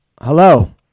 Hello